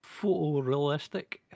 Photorealistic